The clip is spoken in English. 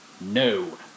no